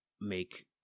make